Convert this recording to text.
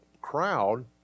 crowd